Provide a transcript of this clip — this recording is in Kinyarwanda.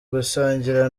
gusangira